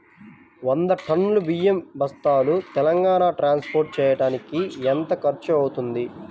వంద టన్నులు బియ్యం బస్తాలు తెలంగాణ ట్రాస్పోర్ట్ చేయటానికి కి ఎంత ఖర్చు అవుతుంది?